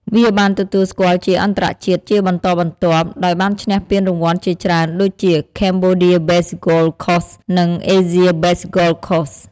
វាបានទទួលស្គាល់ជាអន្តរជាតិជាបន្តបន្ទាប់ ដោយបានឈ្នះពានរង្វាន់ជាច្រើនដូចជា "Cambodia's Best Golf Course" និង "Asia's Best Golf Course"។